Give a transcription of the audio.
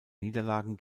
niederlagen